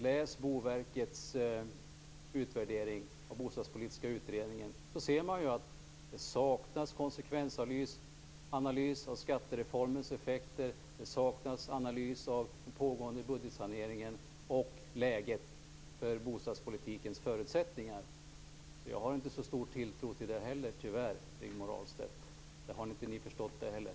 Läs Boverkets utvärdering av den utredningen, så skall ni se att det saknas konsekvensanalys av skattereformens effekter, analys av den pågående budgetsaneringen och analys av läget för bostadspolitikens förutsättningar. Jag har tyvärr inte heller så stor tilltro till den, Rigmor